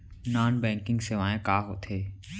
non banking सेवाएं का होथे